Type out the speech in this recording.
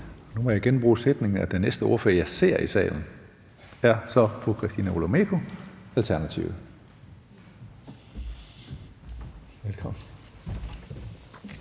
Nu må jeg igen bruge sætningen »den næste ordfører, jeg ser i salen«, og det er fru Christina Olumeko, Alternativet. Velkommen.